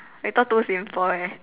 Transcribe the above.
later too simple leh